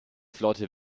flotte